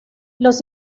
los